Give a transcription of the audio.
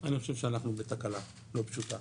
אני חושב שאנחנו בתקלה לא פשוטה.